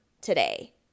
today